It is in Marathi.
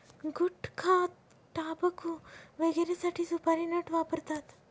गुटखाटाबकू वगैरेसाठी सुपारी नट वापरतात